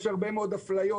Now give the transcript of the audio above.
יש הרבה מאוד אפליות,